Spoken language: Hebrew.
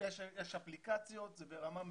יש אפליקציות, זה ברמה מטורפת,